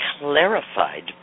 clarified